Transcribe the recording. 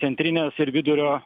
centrinės ir vidurio